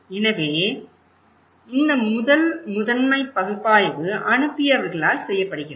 எனவே இந்த முதல் முதன்மை பகுப்பாய்வு அனுப்பியவர்களால் செய்யப்படுகிறது